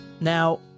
Now